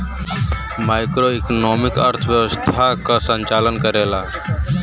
macroeconomics अर्थव्यवस्था क संचालन करला